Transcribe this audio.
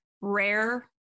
rare